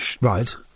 Right